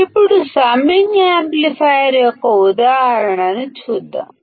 ఇప్పుడుసమ్మింగ్ amplifier యొక్క ఉదాహరణను చూద్దాం